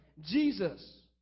Jesus